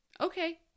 Okay